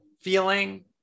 feeling